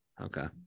Okay